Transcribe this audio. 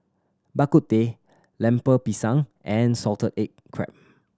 Bak Kut Teh Lemper Pisang and salted egg crab